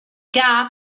gap